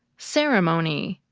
ceremony,